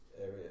area